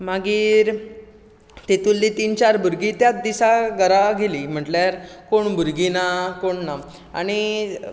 मागीर तितूंतलीं तीन चार भुरगीं त्याच दिसा घरा गेलीं म्हटल्यार कोण भुरगीं ना कोण ना